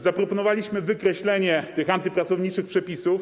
Zaproponowaliśmy wykreślenie tych antypracowniczych przepisów.